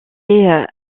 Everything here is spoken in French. est